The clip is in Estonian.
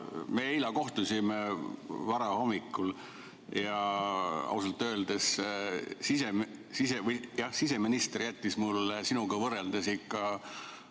me eile kohtusime varahommikul ja ausalt öeldes siseminister jättis mulle sinuga võrreldes ikka